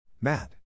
Matt